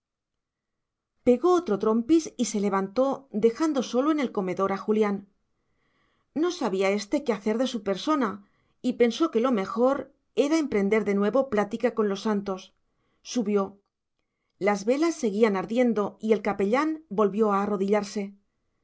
pegó otro trompis y se levantó dejando solo en el comedor a julián no sabía éste qué hacer de su persona y pensó que lo mejor era emprender de nuevo plática con los santos subió las velas seguían ardiendo y el capellán volvió a arrodillarse